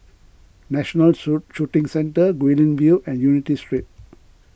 National shoe Shooting Centre Guilin View and Unity Street